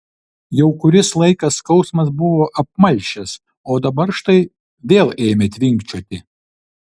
jau kuris laikas skausmas buvo apmalšęs o dabar štai vėl ėmė tvinkčioti